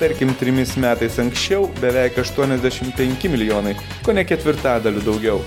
tarkim trimis metais anksčiau beveik aštuoniasdešim penki milijonai kone ketvirtadaliu daugiau